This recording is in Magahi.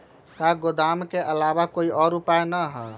का गोदाम के आलावा कोई और उपाय न ह?